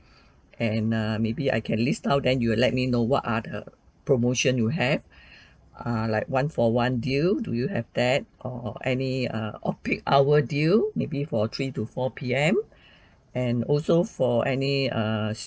and err maybe I can list out then you will let me know what are the promotion you have uh like one for one deal do you have that or any uh or peak hour deal maybe for three to four P_M and also for any uh